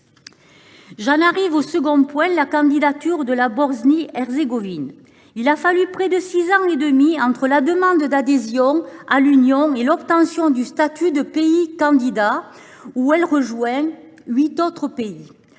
J’en viens à mon second point, la candidature de la Bosnie Herzégovine. Il a fallu près de six ans et demi entre la demande d’adhésion à l’Union et l’obtention du statut de pays candidat par cet État, qui